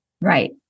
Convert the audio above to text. Right